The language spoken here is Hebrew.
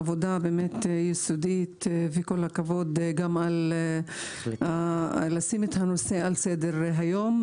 עבודה יסודית וכל הכבוד גם על זה ששמת את הנושא על סדר-היום.